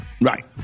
right